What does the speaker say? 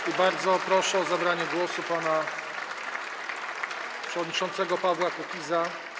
I bardzo proszę o zabranie głosu pana przewodniczącego Pawła Kukiza.